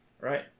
Right